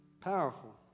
Powerful